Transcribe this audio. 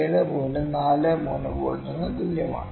43 വോൾട്ടിന് തുല്യമാണ്